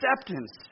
acceptance